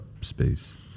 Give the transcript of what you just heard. space